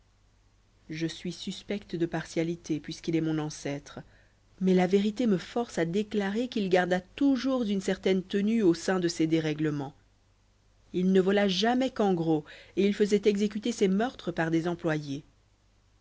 je suis suspecte de partialité puisqu'il est mon ancêtre mais la vérité me force à déclarer qu'il garda toujours une certaine tenue au sein de ses dérèglements il ne vola jamais qu'en gros et il faisait exécuter ses meurtres par des employés